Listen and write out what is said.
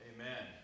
Amen